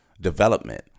development